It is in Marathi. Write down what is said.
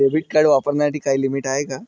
डेबिट कार्ड वापरण्यासाठी काही लिमिट आहे का?